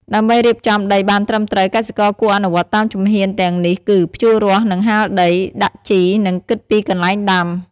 ដើម្បីរៀបចំដីបានត្រឹមត្រូវ កសិករគួរអនុវត្តតាមជំហានទាំងនេះគឺ ភ្ជួររាស់និងហាលដី ដាក់ជី និងគិតពីកន្លែងដាំ។